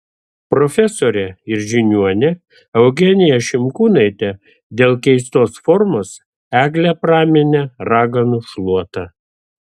profesorė ir žiniuonė eugenija šimkūnaitė dėl keistos formos eglę praminė raganų šluota